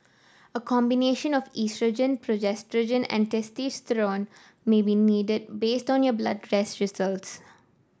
a combination of oestrogen progesterone and testosterone may be needed based on your blood test results